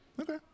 Okay